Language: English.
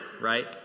right